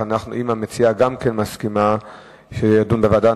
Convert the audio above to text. האם המציעה מסכימה שזה יידון בוועדה,